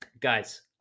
Guys